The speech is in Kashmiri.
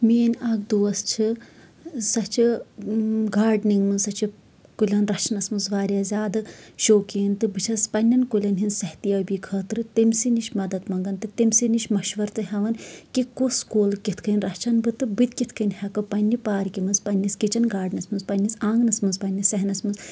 میٲنۍ اکھ دوس چھِ سۄ چھِ گارڈٕنِگ منٛز سۄ چھِ کُلیَن رَچھنس منٛز واریاہ زیادٕ شوقیٖن تہٕ بہٕ چھَس پَنٕنٮ۪ن کُلین ۂنٛز صحتیٲبی خٲطرٕ تٔمۍسی نِش مدد منٛگان تہٕ تٔمۍسی نِش مَشوَر تہِ ہیوان کہِ کُس کُل کِتھ کَنۍ رَچھَن بہٕ تہٕ بہٕ کِتھۍ کَنۍ ہٮ۪کہٕ پَنٕنہِ پارکہِ منٛز پَنٕنِس کِچن گاڑڈنس منٛز پَنٕنِس آنٛگنس منٛز پَنٕنِس سہنَس منٛز